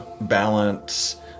balance